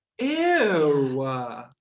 ew